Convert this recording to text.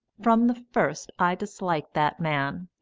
from the first i disliked that man,